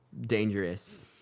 dangerous